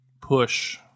push